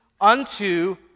unto